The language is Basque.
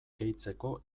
gehitzeko